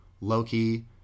Loki